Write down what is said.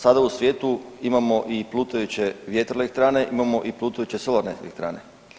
Sada u svijetu imamo i plutajuće vjetroelektrane, imamo i plutajuće solarne elektrane.